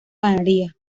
ganaría